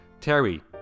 Terry